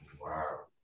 Wow